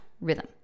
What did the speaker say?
rhythm